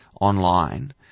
online